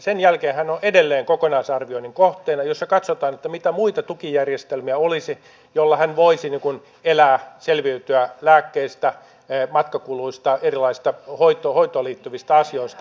sen jälkeen hän on edelleen kokonaisarvioinnin kohteena jossa katsotaan mitä muita tukijärjestelmiä olisi joilla hän voisi elää selviytyä lääkkeistä matkakuluista erilaisista hoitoon liittyvistä asioista